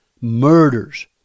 murders